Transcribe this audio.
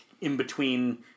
in-between